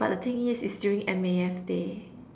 but the thing is it's during M_A_F day